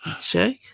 check